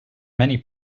many